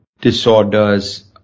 disorders